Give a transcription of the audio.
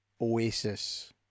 Oasis